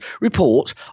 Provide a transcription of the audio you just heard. report